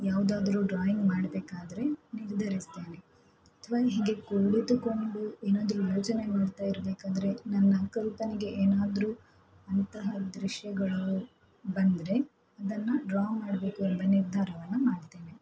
ಯಾವುದಾದ್ರೂ ಡ್ರಾಯಿಂಗ್ ಮಾಡಬೇಕಾದ್ರೆ ನಿರ್ಧರಿಸ್ತೇನೆ ಅಥವಾ ಹೀಗೆ ಕುಳಿತುಕೊಂಡು ಏನಾದರೂ ಯೋಚನೆ ಮಾಡ್ತಾ ಇರಬೇಕಾದ್ರೆ ನನ್ನ ಕಲ್ಪನೆಗೆ ಏನಾದರೂ ಅಂತಹ ದೃಶ್ಯಗಳು ಬಂದರೆ ಅದನ್ನು ಡ್ರಾ ಮಾಡಬೇಕು ಎಂಬ ನಿರ್ಧಾರವನ್ನು ಮಾಡ್ತೇನೆ